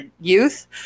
youth